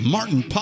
Martin